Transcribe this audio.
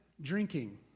drinking